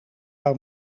wou